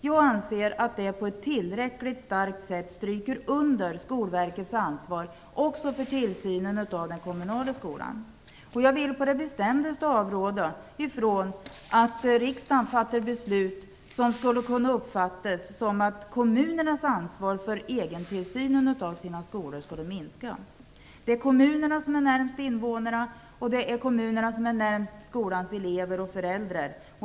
Jag anser att det på ett tillräckligt starkt sätt stryker under Skolverkets ansvar också för tillsynen av den kommunala skolan. Jag vill å det bestämdaste avråda från att riksdagen fattar beslut som skulle kunna uppfattas som att kommunernas ansvar för egentillsynen av skolorna skulle minska. Det är kommunerna som är närmast invånarna, skolans elever och deras föräldrar.